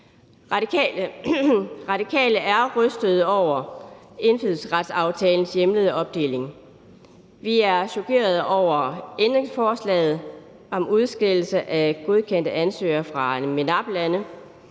Radikale er rystet over indfødsretsaftalens hjemlede opdeling. Vi er chokerede over ændringsforslaget om udskillelse af godkendte ansøgere fra MENAP-lande